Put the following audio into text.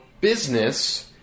business